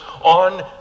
on